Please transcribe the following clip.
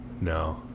No